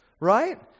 Right